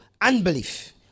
unbelief